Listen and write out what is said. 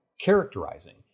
characterizing